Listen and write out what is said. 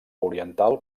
oriental